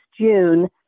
June